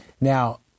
Now